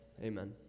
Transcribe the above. Amen